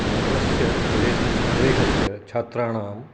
नगरस्य प्रदेसस् प्रदेशस्य छात्राणां